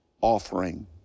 offering